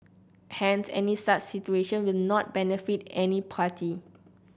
hence any such situation will not benefit any party